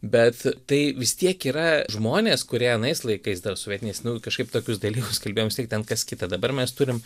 bet tai vis tiek yra žmonės kurie anais laikais dar sovietiniais nu kažkaip tokius dalykus kalbėjom vis tiek ten kas kita dabar mes turim